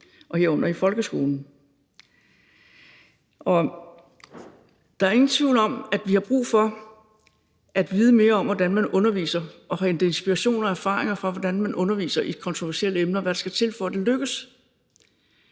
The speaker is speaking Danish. herunder i folkeskolen, og der er ingen tvivl om, at vi har brug for at vide mere om, hvordan man underviser, og at vi får hentet inspiration og erfaringer for, hvordan man underviser i kontroversielle emner, og hvad der skal til, for at det lykkes.